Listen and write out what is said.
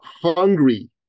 hungry